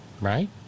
right